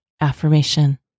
AFFIRMATION